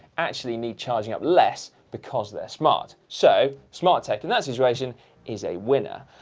actually need charging up less, because they're smart. so, smart tech in that situation is a winner.